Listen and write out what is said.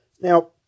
Now